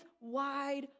wide